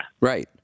Right